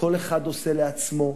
כל אחד עושה לעצמו,